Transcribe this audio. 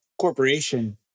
corporation